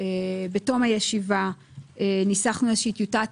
בתום הישיבה ניסחנו איזושהי טיוטת